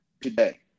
today